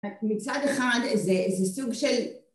את, מצד אחד איזה... איזה סוג של...